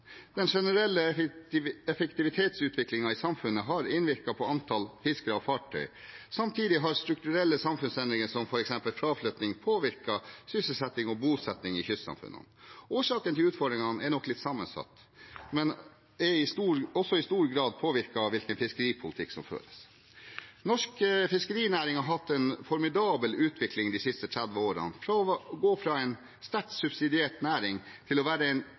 Den generelle effektivitetsutviklingen i samfunnet har innvirket på antall fiskere og fartøy. Samtidig har strukturelle samfunnsendringer som f.eks. fraflytting påvirket sysselsetting og bosetting i kystsamfunnene. Årsaken til utfordringene er nok litt sammensatt, men er også i stor grad påvirket av hvilken fiskeripolitikk som føres. Norsk fiskerinæring har hatt en formidabel utvikling de siste 30 årene. Den har gått fra å være en sterkt subsidiert næring til å være en